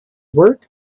work